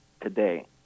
today